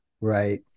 Right